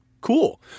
cool